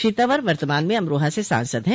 श्री तवर वर्तमान में अमरोहा से सांसद हैं